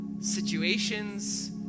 situations